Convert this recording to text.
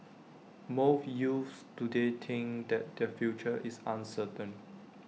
most youths today think that their future is uncertain